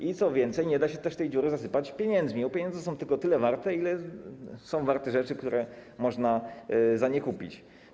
I co więcej, nie da się też tej dziury zasypać pieniędzmi, bo pieniądze są tylko tyle warte, ile są warte rzeczy, które można za nie kupić.